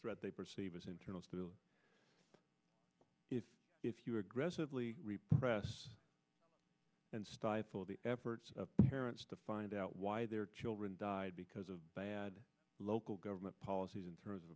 threat they perceive is internal if you aggressively repress and stifle the efforts of parents to find out why their children died because of bad local government policies in terms of